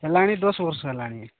ହେଲାଣି ଦଶ ବର୍ଷ ହେଲାଣି